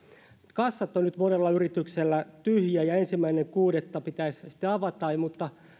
kassat ovat nyt monella yrityksellä tyhjiä ja ensimmäinen kuudetta pitäisi sitten avata mutta